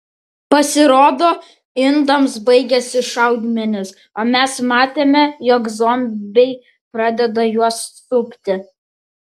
pasirodo indams baigėsi šaudmenys o mes matėme jog zombiai pradeda juos supti